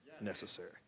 necessary